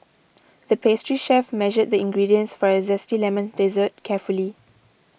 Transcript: the pastry chef measured the ingredients for a Zesty Lemon Dessert carefully